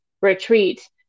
retreat